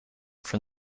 from